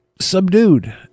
subdued